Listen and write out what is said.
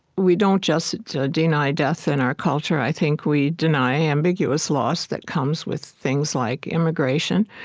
we don't just just deny death in our culture i think we deny ambiguous loss that comes with things like immigration.